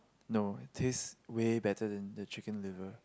no this way better than the chicken liver